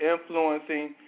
influencing